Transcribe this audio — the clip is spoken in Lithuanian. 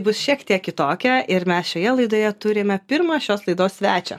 bus šiek tiek kitokia ir mes šioje laidoje turime pirmą šios laidos svečią